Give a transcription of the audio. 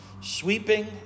sweeping